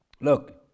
Look